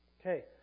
Okay